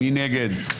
מי נגד?